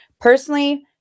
Personally